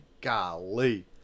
golly